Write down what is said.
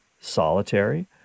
solitary